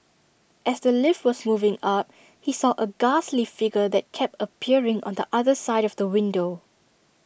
as the lift was moving up he saw A ghastly figure that kept appearing on the other side of the window